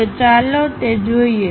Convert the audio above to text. તો ચાલો તે જોઈએ